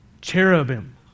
Cherubim